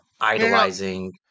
idolizing